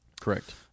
correct